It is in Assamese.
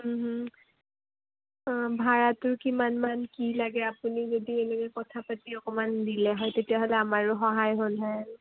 অঁ ভাড়াটোৰ কিমানমান কি লাগে আপুনি যদি এনেকৈ কথা পাতি অকণমান দিলে হয় তেতিয়াহ'লে আমাৰো সহায় হ'ল হয় আৰু